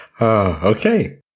Okay